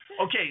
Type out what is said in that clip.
Okay